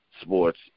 sports